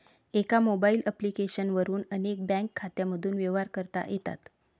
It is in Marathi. एका मोबाईल ॲप्लिकेशन वरून अनेक बँक खात्यांमधून व्यवहार करता येतात